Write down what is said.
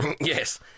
Yes